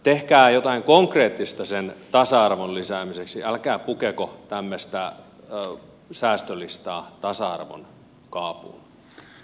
tehkää jotain konkreettista sen tasa arvon lisäämiseksi älkää pukeko tämmöistä säästölistaa tasa arvon kaapuun